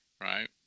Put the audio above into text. right